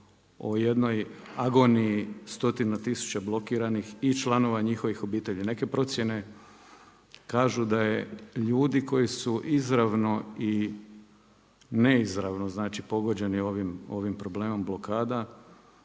o jednoj agoniji stotina tisuća blokiranih i članova njihovih obitelji. Neke procjene kažu da je ljudi koji su izravno i neizravno, pogođeni ovim problemom blokada